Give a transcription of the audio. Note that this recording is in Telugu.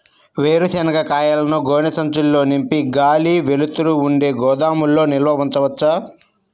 వేరుశనగ కాయలను గోనె సంచుల్లో నింపి గాలి, వెలుతురు ఉండే గోదాముల్లో నిల్వ ఉంచవచ్చా?